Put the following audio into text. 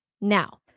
Now